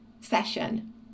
session